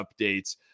updates